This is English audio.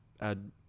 add